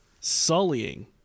sullying